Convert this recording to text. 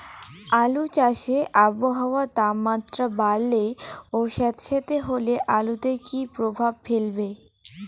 আলু চাষে আবহাওয়ার তাপমাত্রা বাড়লে ও সেতসেতে হলে আলুতে কী প্রভাব ফেলবে?